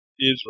Israel